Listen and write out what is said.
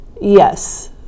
Yes